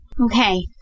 Okay